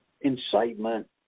incitement